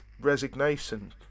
resignation